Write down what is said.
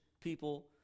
people